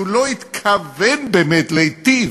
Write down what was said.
שהוא לא התכוון באמת להיטיב.